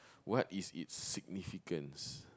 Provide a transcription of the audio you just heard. what is it's significance